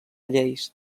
lleis